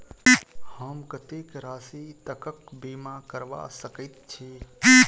हम कत्तेक राशि तकक बीमा करबा सकैत छी?